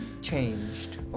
changed